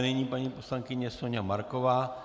Nyní paní poslankyně Soňa Marková.